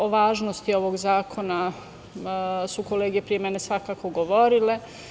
O važnosti ovog zakona su kolege pre mene svakako govorile.